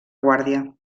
guàrdia